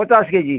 ପଚାଶ୍ କେଜି